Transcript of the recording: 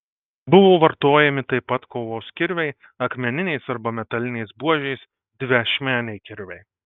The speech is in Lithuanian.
buvo vartojami taip pat kovos kirviai akmeninės arba metalinės buožės dviašmeniai kirviai